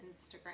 Instagram